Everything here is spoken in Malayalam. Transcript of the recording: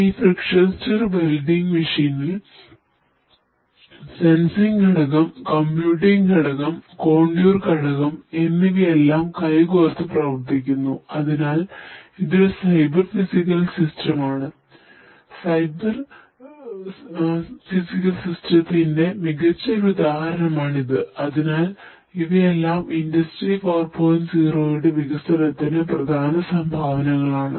ഈ ഫ്രിക്ഷൻ സ്റ്റിർ വെൽഡിംഗ് മെഷീനിൽ വികസനത്തിന് പ്രധാന സംഭാവനകളാണ്